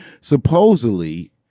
Supposedly